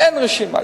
אין רשימה.